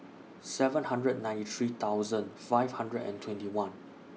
seven hundred and ninety three thousand five hundred and twenty one